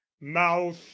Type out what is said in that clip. mouth